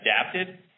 adapted